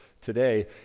today